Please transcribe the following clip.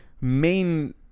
main